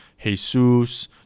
Jesus